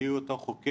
מיהו אותו חוקר?